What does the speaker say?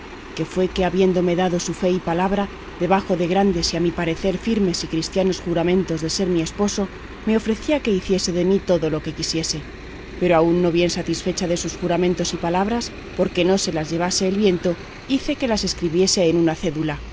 que fue que habiéndome dado su fe y palabra debajo de grandes y a mi parecer firmes y cristianos juramentos de ser mi esposo me ofrecí a que hiciese de mí todo lo que quisiese pero aún no bien satisfecha de sus juramentos y palabras porque no se las llevase el viento hice que las escribiese en una cédula